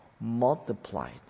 multiplied